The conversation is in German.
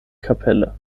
kapelle